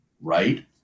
right